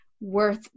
worth